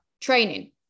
training